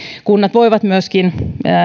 kunnat voivat myöskin